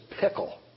pickle